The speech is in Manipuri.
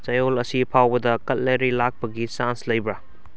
ꯆꯌꯣꯜ ꯑꯁꯤ ꯐꯥꯎꯕꯗ ꯀꯠꯂꯦꯔꯤ ꯂꯥꯛꯄꯒꯤ ꯆꯥꯟꯁ ꯂꯩꯕ꯭ꯔꯥ